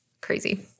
Crazy